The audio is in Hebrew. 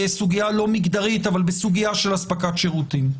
בסוגיה לא מגדרית, אבל בסוגיה של אספקת שירותים.